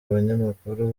abanyamakuru